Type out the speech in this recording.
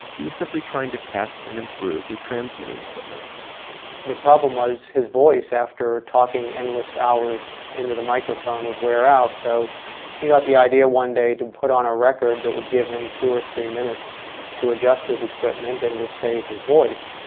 he was simply trying to test and improve his transmitting equipment the problem was his voice after talking endless hours into the microphone would wear out. so he got the idea one day to put on a record that would give him two or three minutes to adjust his equipment and would save his voice.